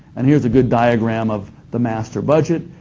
and here's a good diagram of the master budget,